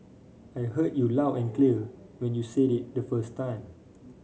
I heard you loud and clear when you said it the first time